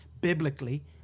biblically